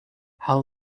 how